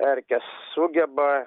erkės sugeba